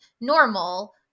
normal